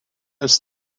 ist